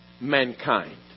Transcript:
mankind